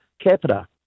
capita